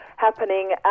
happening